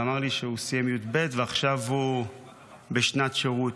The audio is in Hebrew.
ואמר לי שהוא סיים י"ב ועכשיו הוא בשנת שירות.